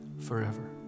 forever